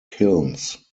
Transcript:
kilns